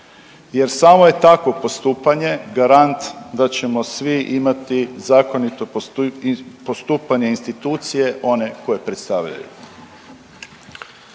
jer samo je takvo postupanje garant da ćemo svi imati zakonito postupanje institucije one koje predstavljaju.